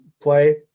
play